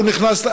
הוא נכנס,